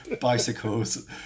bicycles